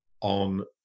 on